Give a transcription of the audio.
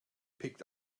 picked